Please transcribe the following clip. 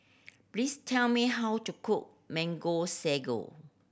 please tell me how to cook Mango Sago